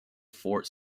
fort